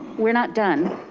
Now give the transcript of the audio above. we're not done.